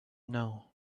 know